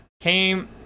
came